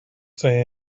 say